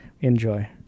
Enjoy